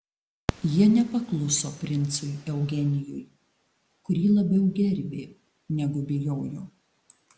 jie nepakluso princui eugenijui kurį labiau gerbė negu bijojo